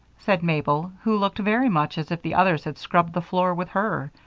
said mabel, who looked very much as if the others had scrubbed the floor with her.